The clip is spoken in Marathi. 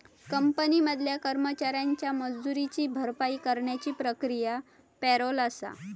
कंपनी मधल्या कर्मचाऱ्यांच्या मजुरीची भरपाई करण्याची प्रक्रिया पॅरोल आसा